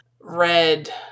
red